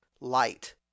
light